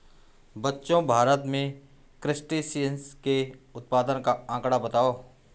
बच्चों भारत में क्रस्टेशियंस के उत्पादन का आंकड़ा बताओ?